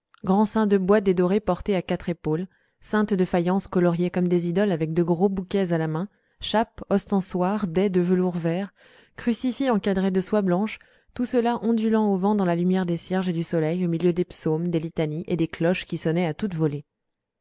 grands saints de bois dédorés portés à quatre épaules saintes de faïence coloriées comme des idoles avec de gros bouquets à la main chapes ostensoirs dais de velours vert crucifix encadrés de soie blanche tout cela ondulant au vent dans la lumière des cierges et du soleil au milieu des psaumes des litanies et des cloches qui sonnaient à toute volée